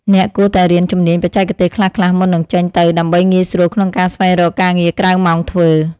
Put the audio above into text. អ្នកគួរតែរៀនជំនាញបច្ចេកទេសខ្លះៗមុននឹងចេញទៅដើម្បីងាយស្រួលក្នុងការស្វែងរកការងារក្រៅម៉ោងធ្វើ។